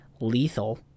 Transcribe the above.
Lethal